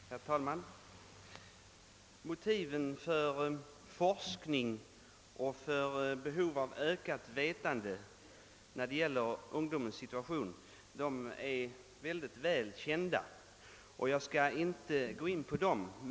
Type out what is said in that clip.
Herr talman! Motiven för forskning och ökat vetande när det gäller ungdomens situation är väl kända, och jag skall inte gå närmare in på dem.